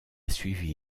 suivi